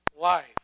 life